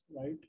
right